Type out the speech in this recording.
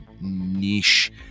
niche